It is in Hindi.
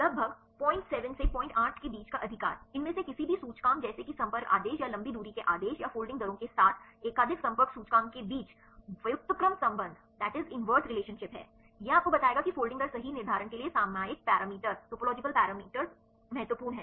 लगभग 07 से 08 के बीच का अधिकार इनमें से किसी भी सूचकांक जैसे कि संपर्क आदेश या लंबी दूरी के आदेश या फोल्डिंग दरों के साथ एकाधिक संपर्क सूचकांक के बीच व्युत्क्रम संबंध है यह आपको बताएगा कि फोल्डिंग दर सही निर्धारण के लिए सामयिक पैरामीटर महत्वपूर्ण हैं